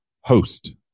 host